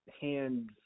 hands